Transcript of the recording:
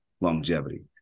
longevity